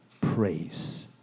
praise